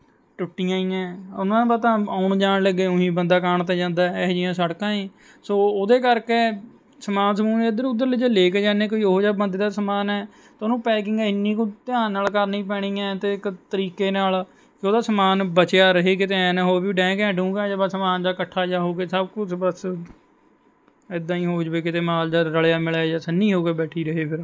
ਟੁੱਟੀਆਂ ਹੀ ਹੈ ਉਹਨਾਂ ਬ ਤਾਂ ਆਉਣ ਜਾਣ ਲੱਗੇ ਉਹੀ ਬੰਦਾ ਕਾਣ 'ਤੇ ਜਾਂਦਾ ਇਹ ਜਿਹੀਆਂ ਸੜਕਾਂ ਏ ਸੋ ਉਹਦੇ ਕਰਕੇ ਸਮਾਨ ਸਮੂਨ ਇੱਧਰ ਉੱਧਰ ਜੇ ਲੈ ਕੇ ਜਾਂਦੇ ਕੋਈ ਉਹ ਜਿਹਾ ਬੰਦੇ ਦਾ ਸਮਾਨ ਹੈ ਤਾਂ ਉਹਨੂੰ ਪੈਕਿੰਗ ਇੰਨੀ ਕੁ ਧਿਆਨ ਨਾਲ ਕਰਨੀ ਪੈਣੀ ਹੈ ਅਤੇ ਇੱਕ ਤਰੀਕੇ ਨਾਲ ਕਿ ਉਹਦਾ ਸਮਾਨ ਬਚਿਆ ਰਹੇ ਕਿਤੇ ਐਂ ਹੋਵੇ ਵੀ ਡੈਂਗਿਆਂ ਡੂੰਗਿਆਂ 'ਚ ਬ ਸਮਾਨ ਜਿਹਾ ਕੱਠਾ ਜਿਹਾ ਹੋ ਕੇ ਸਭ ਕੁਛ ਬਸ ਇੱਦਾਂ ਹੀ ਹੋ ਜਾਵੇ ਕਿਤੇ ਮਾਲ ਜਾ ਰਲਿਆ ਮਿਲਿਆ ਜਿਹਾ ਸੰਨੀ ਹੋ ਕੇ ਬੈਠੀ ਰਹੇ ਫਿਰ